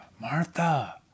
Martha